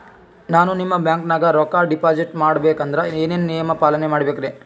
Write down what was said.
ನಾನು ನಿಮ್ಮ ಬ್ಯಾಂಕನಾಗ ರೊಕ್ಕಾ ಡಿಪಾಜಿಟ್ ಮಾಡ ಬೇಕಂದ್ರ ಏನೇನು ನಿಯಮ ಪಾಲನೇ ಮಾಡ್ಬೇಕ್ರಿ?